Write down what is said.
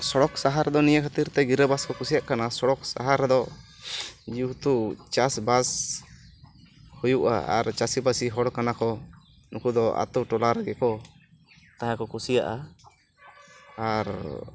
ᱥᱚᱲᱚᱠ ᱥᱟᱦᱟᱨ ᱫᱚ ᱱᱤᱭᱟᱹ ᱠᱷᱟᱹᱛᱤᱨ ᱛᱮ ᱜᱤᱨᱟᱹᱵᱟᱥ ᱠᱚ ᱠᱩᱥᱤᱭᱟᱜ ᱠᱟᱱᱟ ᱥᱚᱲᱚᱠ ᱥᱟᱦᱟᱨ ᱨᱮᱫᱚ ᱡᱮᱦᱮᱛᱩ ᱪᱟᱥ ᱵᱟᱥ ᱦᱩᱭᱩᱜᱼᱟ ᱟᱨ ᱪᱟᱥᱤ ᱵᱟᱥᱤ ᱦᱚᱲ ᱠᱟᱱᱟ ᱠᱚ ᱱᱩᱠᱩ ᱫᱚ ᱟᱛᱳ ᱴᱚᱞᱟ ᱨᱮᱜᱮ ᱠᱚ ᱛᱟᱦᱮᱸ ᱠᱚ ᱠᱩᱥᱤᱭᱟᱜᱼᱟ ᱟᱨ